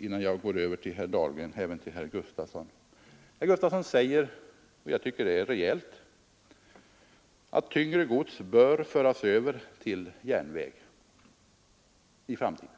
innan jag går över till herr Dahlgren. Herr Gustafson säger, och jag tycker att det är rejält, att tyngre gods bör föras över från landsväg till järnväg i framtiden.